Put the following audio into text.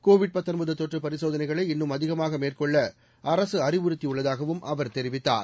Covid தொற்று பரிசோதனைகளை இன்னும் அதிகமாக மேற்கொள்ள அரசு அறிவுறுத்தியுள்ளதாகவும் அவர் தெரிவித்தார்